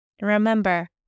Remember